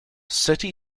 city